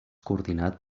coordinat